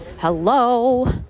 hello